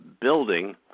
building